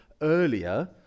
earlier